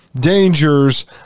dangers